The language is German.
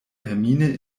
hermine